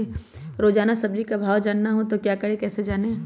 रोजाना सब्जी का भाव जानना हो तो क्या करें कैसे जाने?